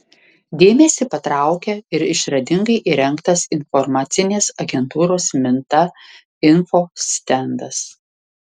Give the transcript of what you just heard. dėmesį patraukia ir išradingai įrengtas informacinės agentūros minta info stendas